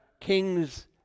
king's